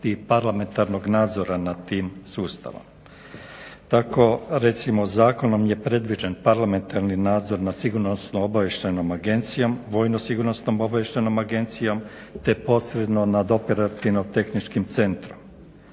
parlamentarnog nadzora nad tim sustavom. Tako recimo zakonom je predviđen parlamentarni nadzor nad sigurnosno-obavještajnom agencijom, vojnom-sigurnosno-obavještajnom agencijom te posredno nad Operativno-tehničkim centrom.